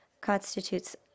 constitutes